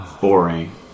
Boring